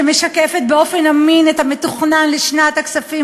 שמשקפת באופן אמין את המתוכנן לשנת הכספים